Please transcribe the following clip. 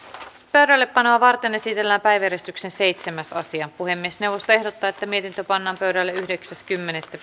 pöydällepanoa varten esitellään päiväjärjestyksen seitsemäs asia puhemiesneuvosto ehdottaa että mietintö pannaan pöydälle yhdeksäs kymmenettä